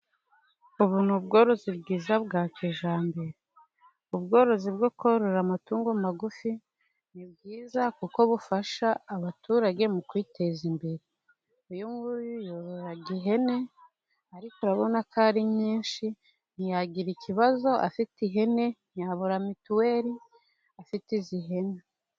Ubu ni ubworozi bwiza bwa kijyambere, ubworozi bwo korora amatungo magufi. Ni bwiza kuko bufasha abaturage mu kwiteza imbere. Uyu nguyu yorora ihene, ariko urabona ko ari nyinshi. Ntiyagira ikibazo afite ihene, ntiyabura mituweli afite izi hene.